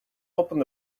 opened